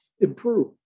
improve